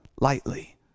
lightly